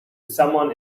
someone